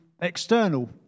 external